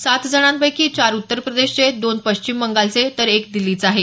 सात जणांपैकी चार उत्तर प्रदेशचे दोन पश्चिम बंगालचे तर एक दिल्लीचा आहे